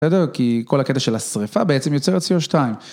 בסדר? כי כל הקטע של השריפה בעצם יוצר את co2.